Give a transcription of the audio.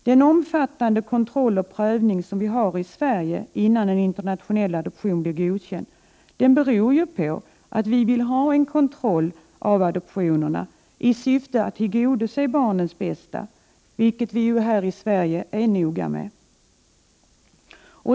Den omfattande kontroll och prövning som vi har i Sverige, innan en internationell adoption blir godkänd, beror ju på att vi vill ha en kontroll av adoptionerna i syfte att tillgodose barnens bästa, vilket vi här i Sverige är noga med.